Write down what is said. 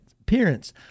Appearance